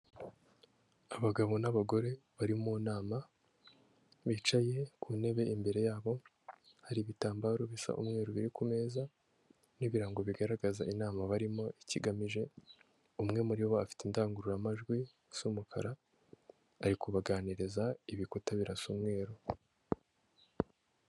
Abagabo n'abagore bari mu nama bicaye ku ntebe imbere yabo hari ibitambaro bisa umweru biri ku meza n'ibirango bigaragaza inama barimo ikigamije, umwe muri bo afite indangururamajwi isa umukara ari kubabaganiriza, ibikuta birasa umweru.